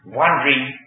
wondering